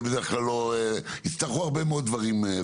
יצטרכו הרבה מאוד דברים.